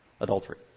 adultery